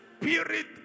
spirit